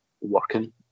working